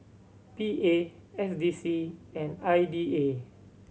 P A S D C and I D A